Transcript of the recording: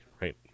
right